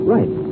Right